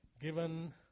given